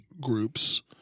groups